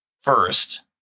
first